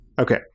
Okay